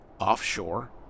offshore